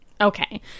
Okay